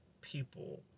people